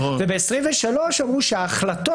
ובבחירות לכנסת העשרים ושלוש אמרו שההחלטות